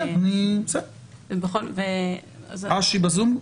אשי בזום?